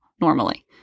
normally